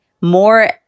more